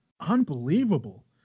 Unbelievable